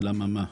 למה מה?